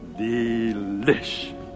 Delish